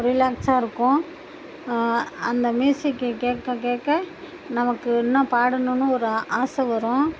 ரிலாக்ஸாக இருக்கும் அந்த மியூசிக்கு கேட்கக் கேட்க நமக்கு இன்னும் பாடணும்னு ஒரு ஆசை வரும்